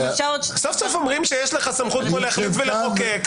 סוף סוף אומרים שיש לך סמכות פה להחליט ולחוקק,